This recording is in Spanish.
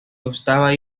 gustaba